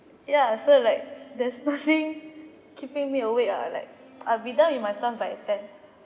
ya so like there's nothing keeping me awake ah like I'll be done with my stuff by ten